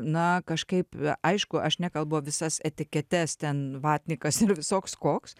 na kažkaip aišku aš nekalbu visas etiketes ten vatnikas ir visoks koks